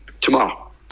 tomorrow